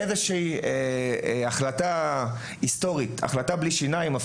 איזו שהיא החלטה היסטורית החלטה בלי שיניים,